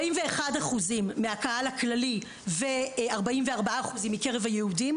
41% מהקהל הכללי ו-44% מקרב היהודים